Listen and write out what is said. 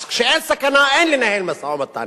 אז כשאין סכנה אין לנהל משא-ומתן,